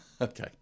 Okay